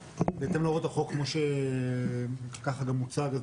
בהתאם להוראות החוק כמו שככה גם מוצג,